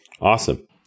Awesome